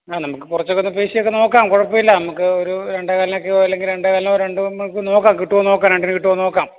ആ നമുക്ക് കുറച്ചൊക്കെ ഒന്ന് പേശിയൊക്കെ നോക്കാം കുഴപ്പമില്ല നമുക്കൊരു രണ്ടേകാൽനൊക്കെയോ അല്ലെങ്കിൽ രണ്ടേകാലിനോ രണ്ട് നോക്കാം കിട്ടുവോന്നു നോക്കാം രണ്ടിന് കിട്ടുവോ നോക്കാം